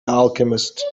alchemist